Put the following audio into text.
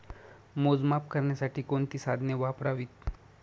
मोजमाप करण्यासाठी कोणती साधने वापरावीत?